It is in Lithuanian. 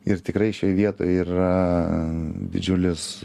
ir tikrai šioj vietoj yra didžiulis